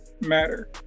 matter